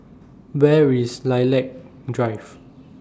Where IS Lilac Drive